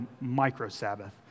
micro-Sabbath